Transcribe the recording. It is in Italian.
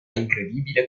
incredibile